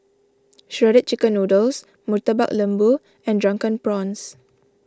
Shredded Chicken Noodles Murtabak Lembu and Drunken Prawns